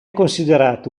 considerato